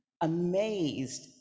amazed